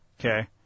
Okay